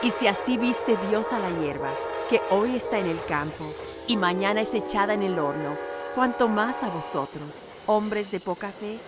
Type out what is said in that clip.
y si así viste dios á la hierba que hoy está en el campo y mañana es echada en el horno cuánto más á vosotros hombres de poca fe